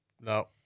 No